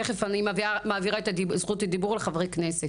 תכף אני מעבירה את זכות הדיבור לחברי כנסת.